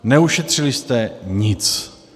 Neušetřili jste nic.